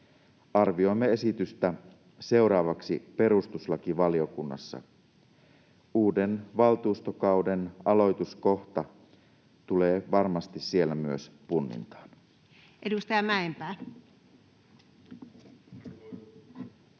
Arvioimme esitystä seuraavaksi perustuslakivaliokunnassa. Uuden valtuustokauden aloituskohta tulee varmasti siellä myös punnintaan.